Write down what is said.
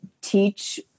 teach